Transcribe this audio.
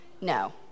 No